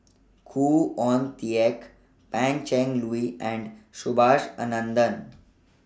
Khoo Oon Teik Pan Cheng Lui and Subhas Anandan